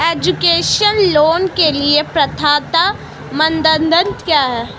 Education loan के लिए पात्रता मानदंड क्या है?